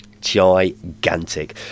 gigantic